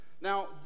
Now